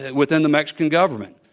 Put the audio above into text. and within the mexican government.